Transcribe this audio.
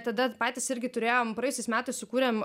tada patys irgi turėjom praėjusiais metais sukūrėm